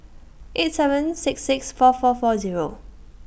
eight seven six six four four four Zero